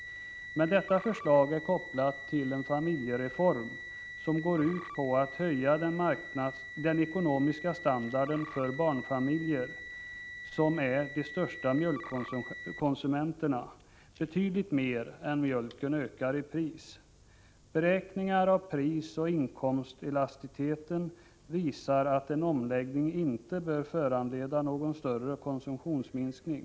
Men detta förslag är kopplat till en familjereform som går ut på att höja den ekonomiska standarden för barnfamiljerna — som är de största mjölkkonsumenterna — betydligt mer än mjölken ökar i pris. Beräkningar av prisoch inkomstelasticiteten visar att en omläggning inte bör föranleda någon större konsumtionsminskning.